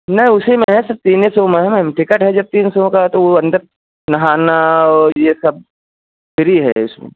नहीं उसी में है सब तीन सौ में है मैम टिकट है जब तीन सौ का उ अंदर नहाना और ये सब फ्री है उसमें